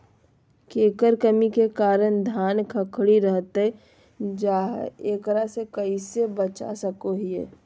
केकर कमी के कारण धान खखड़ी रहतई जा है, एकरा से कैसे बचा सको हियय?